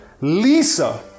Lisa